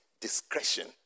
discretion